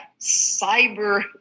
cyber